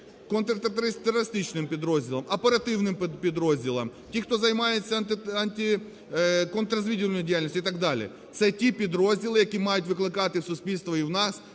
контртерористичним підрозділам, оперативним підрозділам, тим, хто займаються антиконтррозвідувальною діяльністю і так далі. Це ті підрозділи, які мають викликати в суспільства і в нас